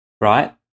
right